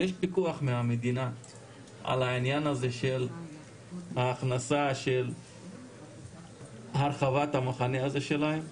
יש פיקוח מהמדינה על העניין הזה של ההכנסה של הרחבת המכנה הזה שלהם?